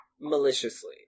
maliciously